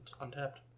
Untapped